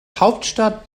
hauptstadt